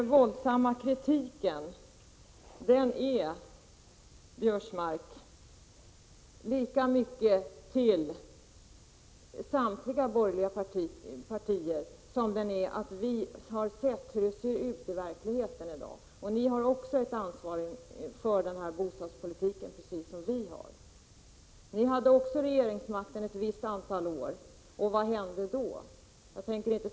Den våldsamma kritiken, Karl-Göran Biörsmark, riktar sig lika mycket mot de borgerliga partierna. Vi har sett hur det ser ut i verkligheten i dag. Även ni har ett ansvar för den förda bostadspolitiken. Även ni hade regeringsmakten ett visst antal år. Vad hände då?